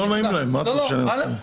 לא נעים להם, מה אתה רוצה שאני אעשה?